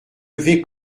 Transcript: levés